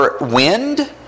wind